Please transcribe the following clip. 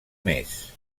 més